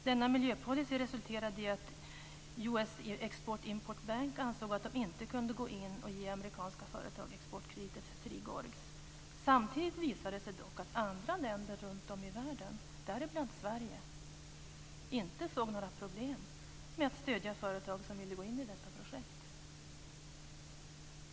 Denna miljöpolicy resulterade i att U.S. Export-Import Bank ansåg att man inte kunde gå in och ge amerikanska företag exportkrediter för Three Gorges. Samtidigt visade det sig dock att andra länder runtom i världen, däribland Sverige, inte såg några problem med att stödja företag som ville gå in i detta projekt.